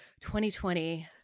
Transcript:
2020